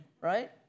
right